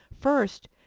First